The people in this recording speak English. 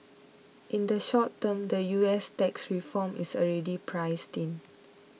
in the short term the US tax reform is already priced in